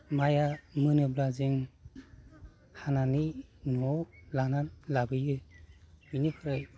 माइआ मोनोब्ला जों हानानै न'आव लाना लाबोयो बेनिफ्राय